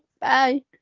Bye